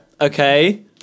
Okay